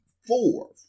four